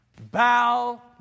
Bow